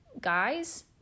guys